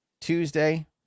Tuesday